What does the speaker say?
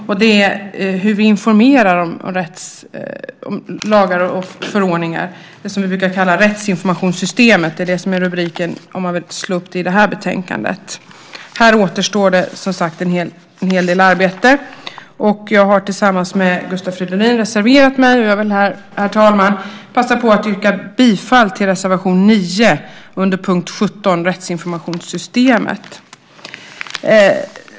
Det gäller alltså hur vi informerar om lagar och förordningar, det som vi brukar kalla rättsinformationssystemet. Det är det som är rubriken om man vill slå upp det i det här betänkandet. Här återstår det som sagt en hel del arbete. Jag har tillsammans med Gustav Fridolin reserverat mig, och jag vill här, herr talman, passa på att yrka bifall till reservation 9 under punkt 17, Rättsinformationssystemet.